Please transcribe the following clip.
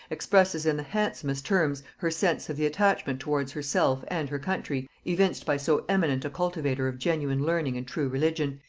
expresses in the handsomest terms her sense of the attachment towards herself and her country evinced by so eminent a cultivator of genuine learning and true religion,